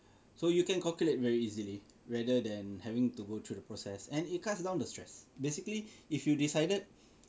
so you can calculate very easily rather than having to go through the process and it cuts down the stress basically if you decided